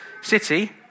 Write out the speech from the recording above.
city